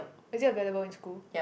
is it available in school